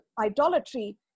idolatry